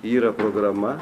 yra programa